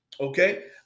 Okay